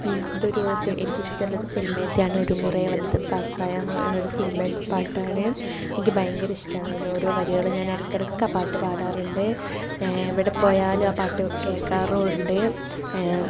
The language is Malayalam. ഈ ഇതൊരു എനിക്കിഷ്ട്ടമുള്ള ഒരു സിനിമേലത്തെയാണ് ഒരു മുറേ വന്ത് പാർത്തയാന്ന് പറയുന്ന ഒരു സിനിമേലത്തെ പാട്ടാണ് എനിക്ക് ഭയങ്കര ഇഷ്ട്ടമാണ് അതിലൊരു വരികളും ഞാനിടക്കെടക്ക് ഒക്കെ ആ പാട്ട് പാടാറുണ്ട് എവിടെപ്പോയാലും ആ പാട്ട് കേൾക്കാറും ഉണ്ട്